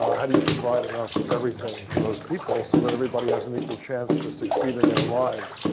how do you provide enough of everything for those people so that everybody has an equal chance to succeed in their lives?